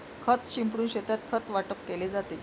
खत शिंपडून शेतात खत वाटप केले जाते